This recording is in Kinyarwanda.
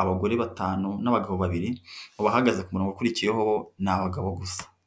abagore batanu n'abagabo babiri bahagaze ku kumurongo ukurikiyeho n'abagabo gusa.